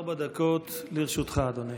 ארבע דקות לרשותך, אדוני.